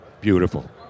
Beautiful